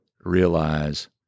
realize